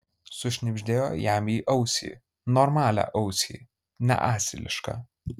sušnibždėjo jam į ausį normalią ausį ne asilišką